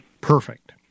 Perfect